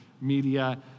media